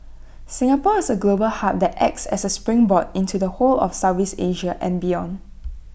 Singapore is A global hub that acts as A springboard into the whole of Southeast Asia and beyond